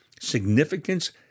significance